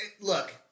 Look